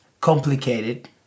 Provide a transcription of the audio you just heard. complicated